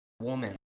woman